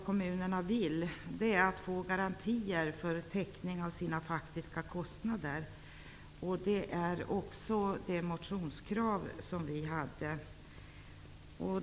Kommunerna vill ha garantier för täckning av sina faktiska kostnader. Det kravet har vi också i vår motion.